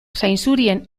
zainzurien